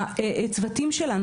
הצוותים שלנו,